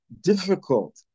difficult